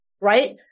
right